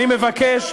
אני מבקש,